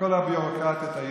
וכל הביורוקרטיות הידועות.